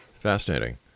Fascinating